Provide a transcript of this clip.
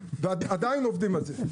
ועדיין עובדים על זה.